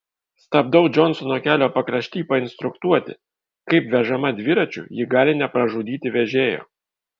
stabdau džonsono kelio pakrašty painstruktuoti kaip vežama dviračiu ji gali nepražudyti vežėjo